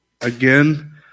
again